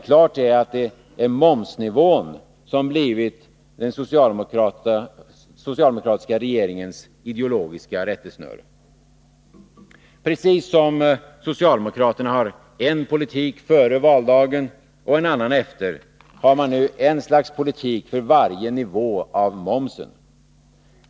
Klart är att det är momsnivån som har blivit den socialdemokratiska regeringens ideologiska rättesnöre. Precis som socialdemokraterna har en politik före valdagen och en annan efter, har man ett slags politik för varje nivå av momsen.